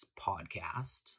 podcast